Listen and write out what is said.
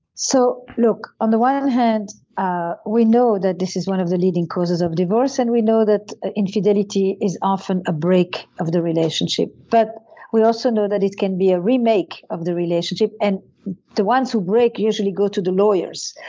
so look, on the one and hand ah we know that this is one of the leading causes of divorce and we know that infidelity is often a break of the relationship but we also know that it can be a remake of the relationship. and the the ones who break usually go to the lawyers.